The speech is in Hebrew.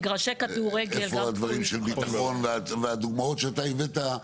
איפה הדברים של ביטחון והדוגמאות שאתה הבאת?